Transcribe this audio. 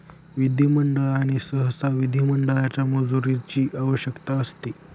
विधिमंडळ आणि सहसा विधिमंडळाच्या मंजुरीची आवश्यकता असते